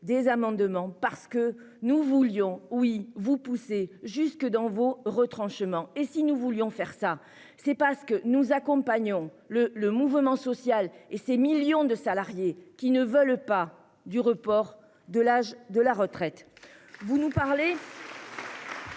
des amendements, parce que nous voulions vous pousser jusque dans vos retranchements. Si nous avons agi de la sorte, c'est parce que nous accompagnons le mouvement social et ces millions de salariés qui ne veulent pas du report de l'âge de la retraite. Quant à